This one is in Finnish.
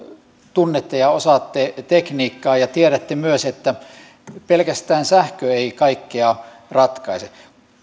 tunnette ja osaatte tekniikkaa ja tiedätte myös että pelkästään sähkö ei kaikkea ratkaise